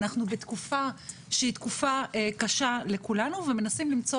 אנחנו בתקופה שהיא תקופה קשה לכולנו ומנסים למצוא